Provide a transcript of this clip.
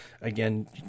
again